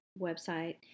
website